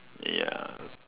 ya